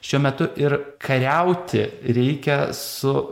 šiuo metu ir kariauti reikia su